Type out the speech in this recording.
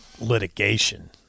litigation